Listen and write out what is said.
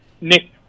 Nick